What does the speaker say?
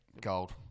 Gold